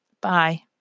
Bye